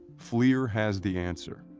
flir has the answer.